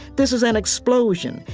this is an explosion,